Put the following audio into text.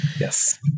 Yes